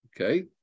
okay